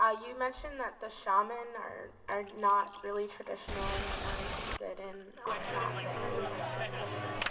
ah you mentioned that the shaman are are not really traditional. and they're more interested in um not like really western medicine.